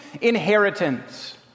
inheritance